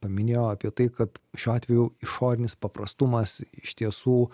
paminėjo apie tai kad šiuo atveju išorinis paprastumas iš tiesų